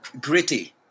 gritty